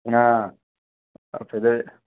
ఇ పెద్ద